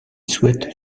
souhaite